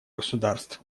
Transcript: государств